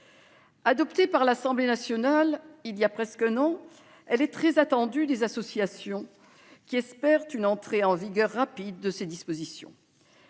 Adoptée par l'Assemblée nationale voilà près d'un an, elle est très attendue des associations, qui espèrent une entrée en vigueur rapide de ses dispositions.